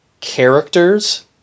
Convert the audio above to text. characters